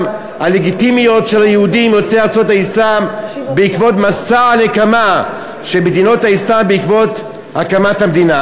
הלגיטימיות של היהודים יוצאי ארצות האסלאם במסע הנקמה בעקבות הקמת המדינה.